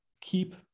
keep